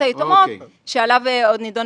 או על גופים כאלה ואחרים שנמצאים כאן בוועדה.